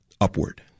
upward